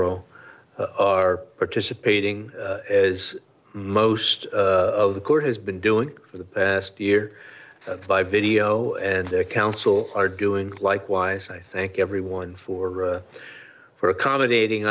l are participating as most of the court has been doing for the past year by video and counsel are doing likewise i thank everyone for for accommodating